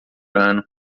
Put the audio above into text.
ano